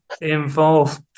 involved